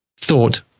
thought